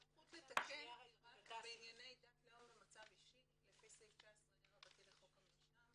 הסמכות לתקן רק בענייני דת לאום ומצב אישי לפי סעיף 19 רבתי לחוק המרשם,